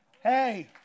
Hey